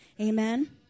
Amen